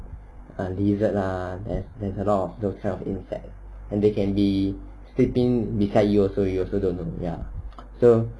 ah lizard lah and there's a lot of those kind of insect and they can be swimming beside you also you also don't know ya so